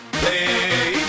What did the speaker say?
play